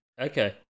Okay